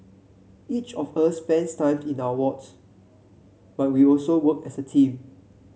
each of us spends time in our wards but we also work as a team